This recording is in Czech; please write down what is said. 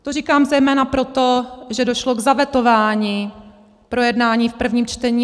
To říkám zejména proto, že došlo k zavetování projednání v prvním čtení.